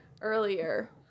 earlier